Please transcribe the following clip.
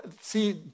see